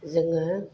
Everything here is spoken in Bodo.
जोङो